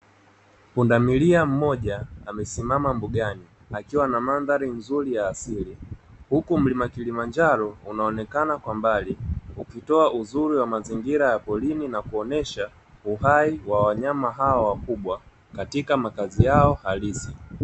Pundamilia mmoja amesimama mbugani, akiwa na mandhari nzuri ya asili. Huku mlima kilimanjaro unaonekana kwa mbali, ukitoa uzuri wa mazingira ya porini na kuonesha, uhai wa wanyama hao wakubwa, katika makazi yao halisi.